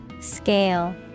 Scale